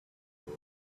that